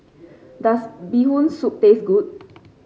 does Bee Hoon Soup taste good